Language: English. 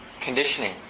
conditioning